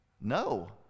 No